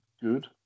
good